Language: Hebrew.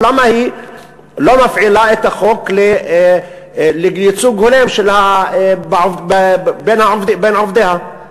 למה היא לא מפעילה את החוק לייצוג הולם בין עובדיה,